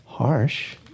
Harsh